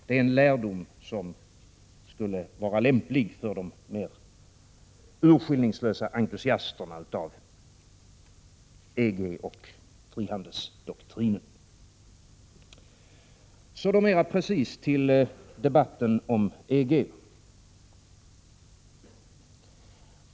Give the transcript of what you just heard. Det är en lärdom som skulle vara lämplig för de mer urskillningslösa entusiasterna för EG och frihandelsdoktrinen. Så mera precis till debatten om EG!